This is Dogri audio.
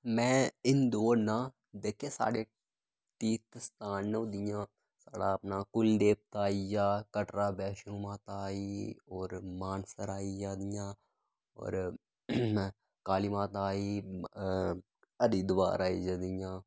में हिन्दू होन्नां जेह्के साढ़े तीर्थ स्थान न ओह् जियां साढ़ा अपना कुलदेवता आई गेआ कटरा वैशनो माता आई गेई होर मानसर आई गेआ जियां होर काली माता आई गेई हरिद्वार आई गेआ जियां